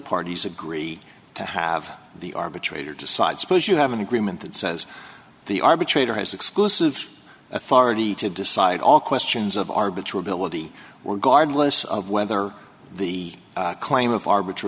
parties agree to have the arbitrator decide suppose you have an agreement that says the arbitrator has exclusive authority to decide all questions of arbiter ability or guard less of whether the claim of arbit